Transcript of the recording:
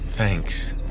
Thanks